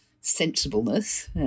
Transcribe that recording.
sensibleness